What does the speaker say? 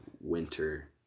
winter